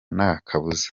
ntakabuza